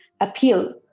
appeal